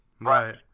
Right